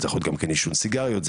יכול להיות עישון סיגריות,